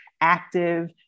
active